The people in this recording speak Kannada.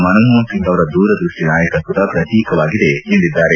ಮನಮೋಪನ್ ಸಿಂಗ್ ಅವರ ದೂರದೃಷ್ಟಿ ನಾಯಕತ್ವದ ಪ್ರತೀಕವಾಗಿದೆ ಎಂದಿದ್ದಾರೆ